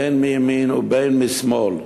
בין מימין ובין משמאל.